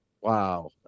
Wow